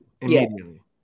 Immediately